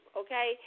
okay